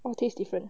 our taste different